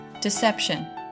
deception